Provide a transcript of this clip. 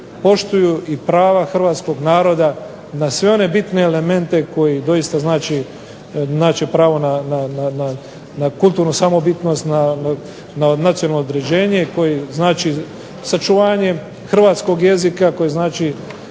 poštuju i prava hrvatskog naroda na sve one bitne elemente koji doista znači pravo na kulturnu samobitnost, na nacionalno određenje koje znači sačuvanje hrvatskog jezika koji znači